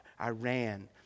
Iran